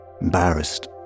embarrassed